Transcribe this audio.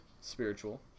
spiritual